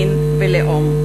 מין ולאום.